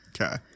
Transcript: Okay